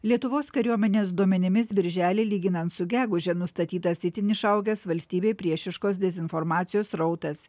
lietuvos kariuomenės duomenimis birželį lyginant su geguže nustatytas itin išaugęs valstybei priešiškos dezinformacijos srautas